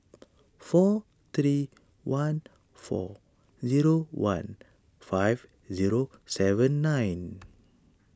four three one four zero one five zero seven nine